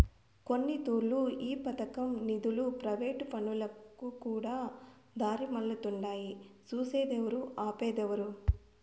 కొన్నితూర్లు ఈ పదకం నిదులు ప్రైవేటు పనులకుకూడా దారిమల్లతుండాయి సూసేదేవరు, ఆపేదేవరు